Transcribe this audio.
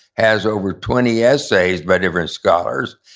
has over twenty essays by different scholars.